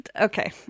okay